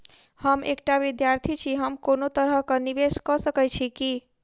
हम एकटा विधार्थी छी, हम कोनो तरह कऽ निवेश कऽ सकय छी की?